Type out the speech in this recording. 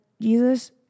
Jesus